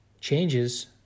changes